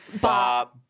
Bob